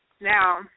Now